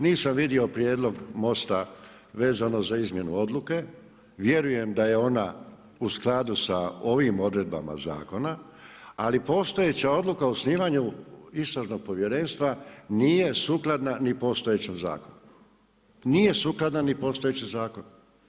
Nisam vidio prijedlog MOST-a vezano za izmjenu odluke, vjerujem da je ona u skladu sa ovim odredbama zakona ali postojeća odluka o osnivanju Istražnog povjerenstva nije sukladna ni postojećem zakonu, nije sukladna ni postojećem zakonu.